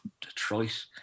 Detroit